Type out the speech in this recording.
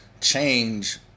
change